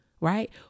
right